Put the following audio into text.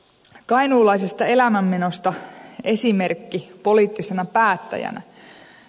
kainuulaisesta elämänmenosta esimerkki poliittisena päättäjänä